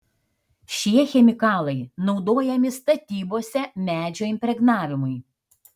šie chemikalai naudojami statybose medžio impregnavimui